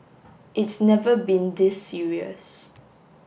it's never been this serious